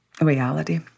reality